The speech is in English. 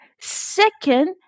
second